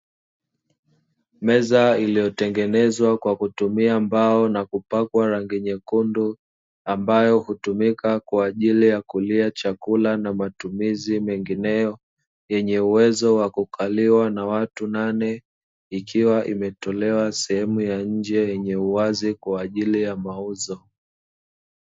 Meza iliyotengenezwa kwa kutumia mbao na kupakwa rangi nyekundu, ambayo hutumika kwa ajili ya kulia chakula na matumizi mengineyo, yenye uwezo wa kukaliwa na watu nane ikiwa imetolewa sehemu ya nje iliyo wazi, kwa ajili ya mauzo.